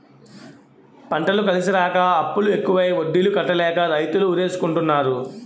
పంటలు కలిసిరాక అప్పులు ఎక్కువై వడ్డీలు కట్టలేక రైతులు ఉరేసుకుంటన్నారు